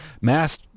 Mass